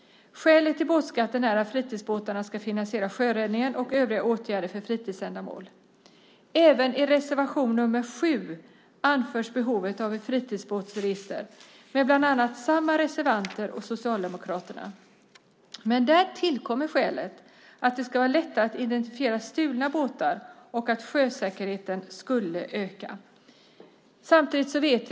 Skälet till båtskatten är att fritidsbåtarna ska finansiera sjöräddningen och övriga åtgärder för fritidsändamål. Även i reservation 7 av samma reservanter plus Socialdemokraterna anförs behovet av ett fritidsbåtsregister. Men där tillkommer skälet att det ska vara lättare att identifiera stulna båtar och att sjösäkerheten med ett båtregister skulle öka.